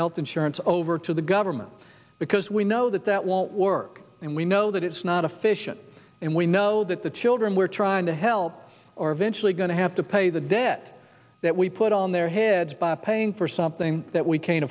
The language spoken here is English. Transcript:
health insurance over to the government because we know that that won't work and we know that it's not efficient and we know that the children we're trying to help or eventually going to have to pay the debt that we put on their heads by paying for something that we ca